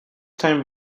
time